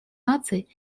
наций